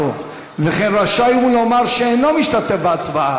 הצבעתו, וכן רשאי הוא לומר שאינו משתתף בהצבעה".